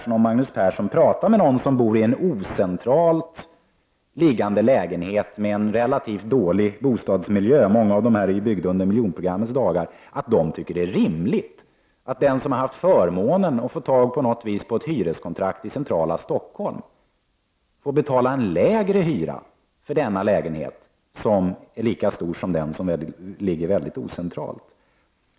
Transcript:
Om Magnus Persson pratar med någon som bor i en lägenhet som inte ligger centralt och som har en relativt dålig bostadsmiljö — detta är ju fallet med många av de lägenheter som byggdes under miljonprogrammets dagar — tror jag att han kommer att finna att denna person inte tycker att det är rimligt att den som har haft förmånen att på något vis få tag på ett hyreskontrakt i centrala Stockholm för denna lägenhet, som är lika stor som den andra, får betala en hyra som är lägre än hyran för lägenheten som inte ligger så centralt.